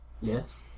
Yes